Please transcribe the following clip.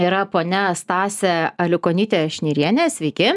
yra ponia stasė aliukonytė šnirienė sveiki